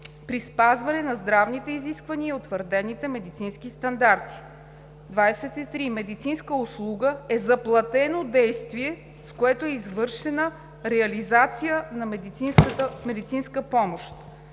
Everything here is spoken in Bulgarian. при спазване на здравните изисквания и утвърдените медицински стандарти. 23. „Медицинска услуга“ е заплатено действие, с което е извършена реализация на медицинска помощ.